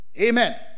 Amen